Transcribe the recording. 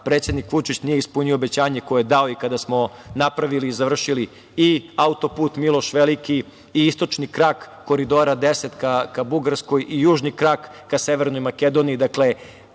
predsednik Vučić nije ispunio obećanje koje je dao kada smo napravili i završili i autoput Miloš veliki i Istočni krak Koridora 10 ka Bugarskoj i Južni krak ka Severnoj Makedoniji.